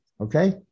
Okay